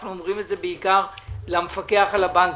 אנחנו אומרים את זה בעיקר למפקח על הבנקים.